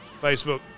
Facebook